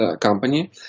company